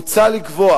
מוצע לקבוע